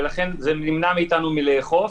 ולכן נמנע מאיתנו מלאכוף.